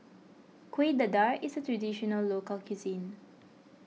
Kueh Dadar is a Traditional Local Cuisine